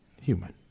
human